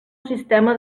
sistema